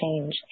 change